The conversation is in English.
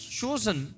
chosen